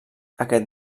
aquest